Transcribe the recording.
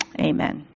Amen